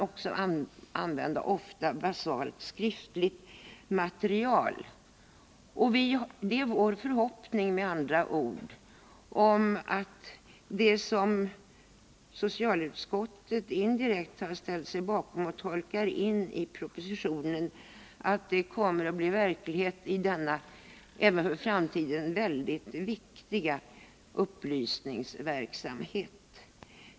Det är med andra ord vår förhoppning att det som socialutskottet indirekt har ställt sig bakom och tolkar in i propositionen skall bli verklighet i denna även för framtiden så viktiga upplysningsverksamhet.